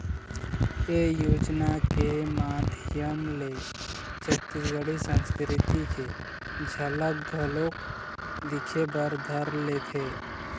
ए योजना के माधियम ले छत्तीसगढ़ी संस्कृति के झलक घलोक दिखे बर धर लेथे